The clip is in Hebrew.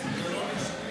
חרבות ברזל),